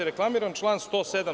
Reklamiram član 107.